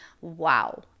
wow